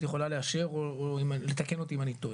יכולה לאשר או לתקן אותי אם אני טועה.